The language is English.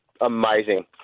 amazing